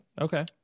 okay